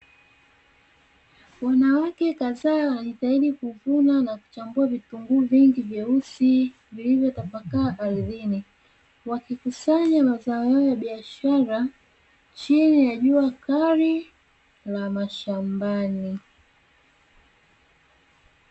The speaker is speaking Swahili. Wanawake kadhaa wanajitaid kuvuna na kuchambua vitunguu vilivyotapakaa chini mashambani